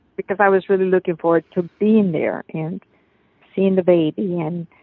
because i was really lookin' forward to bein' there and seein' the baby and